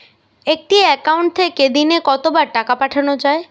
একটি একাউন্ট থেকে দিনে কতবার টাকা পাঠানো য়ায়?